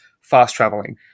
fast-traveling